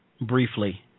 briefly